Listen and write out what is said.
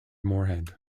morehead